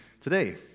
today